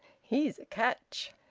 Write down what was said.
he's a catch.